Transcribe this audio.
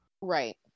Right